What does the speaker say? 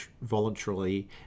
voluntarily